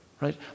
right